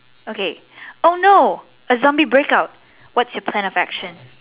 okay oh no a zombie breakout what's your plan of action